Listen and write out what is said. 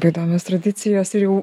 įdomios tradicijos ir jau